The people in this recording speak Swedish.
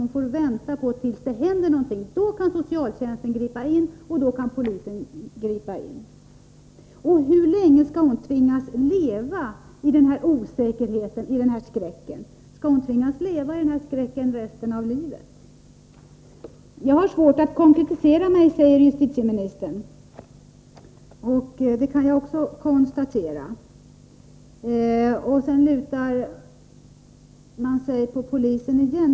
Hon får vänta tills det händer någonting — då kan socialtjänsten och polisen gripa in. Hur länge skall hon tvingas leva i den här osäkerheten och skräcken? Skall hon tvingas leva i den här skräcken resten av livet? Justitieministern säger att han har svårt att konkretisera sig. Det kan jag också konstatera. Sedan lutar han sig återigen mot polisen.